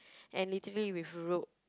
and literally with rope